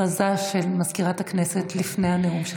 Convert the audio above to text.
הודעה של מזכירת הכנסת לפני הנאום של